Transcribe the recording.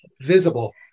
visible